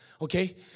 Okay